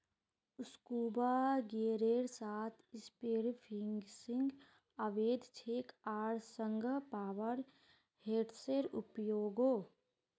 scuba गियरेर साथ spearfishing अवैध छेक आर संगह पावर हेड्सेर उपयोगो